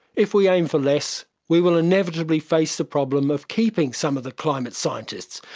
if we aim for less we will inevitably face the problem of keeping some of the climate scientists.